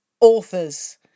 authors